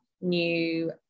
new